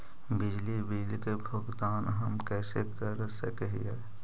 बिजली बिल के भुगतान हम कैसे कर सक हिय?